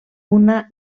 una